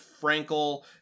Frankel